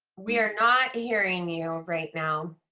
we are not hearing you right now mmm